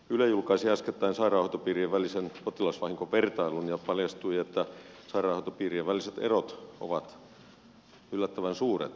yle julkaisi äskettäin sairaanhoitopiirien välisen potilasvahinkovertailun ja paljastui että sairaanhoitopiirien väliset erot ovat yllättävän suuret